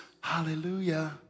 hallelujah